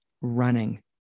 running